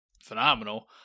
phenomenal